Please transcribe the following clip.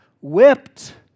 whipped